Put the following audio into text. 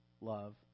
love